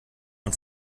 und